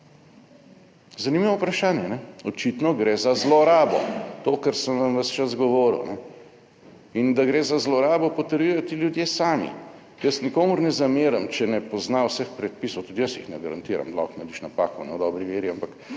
Zanimivo vprašanje. Očitno gre za zlorabo to kar sem vam ves čas govoril in da gre za zlorabo potrjujejo ti ljudje sami. Jaz nikomur ne zamerim, če ne pozna vseh predpisov, tudi jaz jih ne garantiram. Lahko narediš napako, v dobri veri, ampak